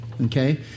Okay